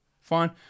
Fine